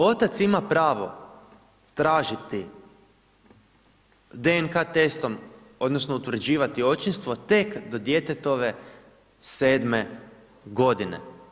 Otac ima pravo tražiti DNK testom, odnosno utvrđivati očinstvo tek do djetetove 7 godine.